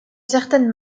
certaines